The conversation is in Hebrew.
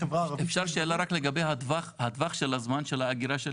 אפשר שאלה רק לגבי הטווח של הזמן של האגירה?